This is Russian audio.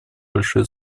большое